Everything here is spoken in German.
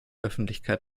öffentlichkeit